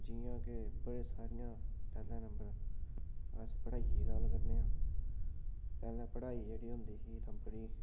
जि'यां के बड़े सारे न पैह्ले नंबर अस पढाइयै दी गल्ल करचै पैह्लै पढाई जेह्ड़ी होंदी ही